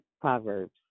Proverbs